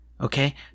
okay